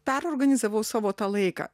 perorganizavau savo tą laiką